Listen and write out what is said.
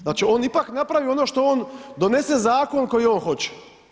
Znači, on ipak napravi ono što on donese zakon koji on hoće.